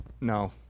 No